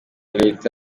leta